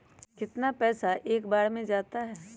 कितना पैसा एक बार में जाता है?